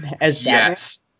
Yes